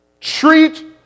Treat